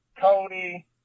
Cody